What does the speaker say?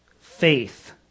faith